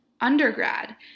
undergrad